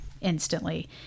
instantly